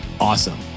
awesome